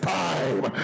time